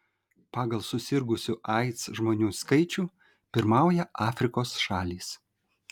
pagal susirgusių aids žmonių skaičių pirmauja afrikos šalys